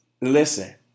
Listen